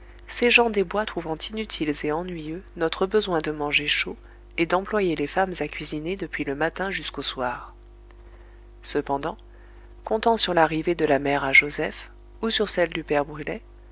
ces gens des bois trouvant inutiles et ennuyeux notre besoin de manger chaud et d'employer les femmes à cuisiner depuis le matin jusqu'au soir cependant comptant sur l'arrivée de la mère à joseph ou sur celle du père brulet